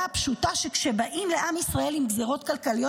הפשוטה שכשבאים לעם ישראל עם גזרות כלכליות,